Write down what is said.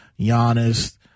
Giannis